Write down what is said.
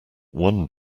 one